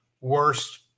worst